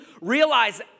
realize